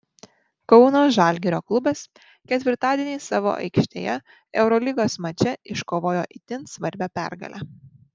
kauno žalgirio klubas ketvirtadienį savo aikštėje eurolygos mače iškovojo itin svarbią pergalę